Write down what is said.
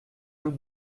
deux